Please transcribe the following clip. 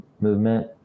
movement